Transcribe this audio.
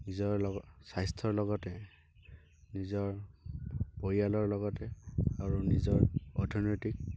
নিজৰ লগত স্বাস্থ্যৰ লগতে নিজৰ পৰিয়ালৰ লগতে আৰু নিজৰ অৰ্থনৈতিক